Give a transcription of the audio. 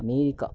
America